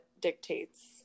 dictates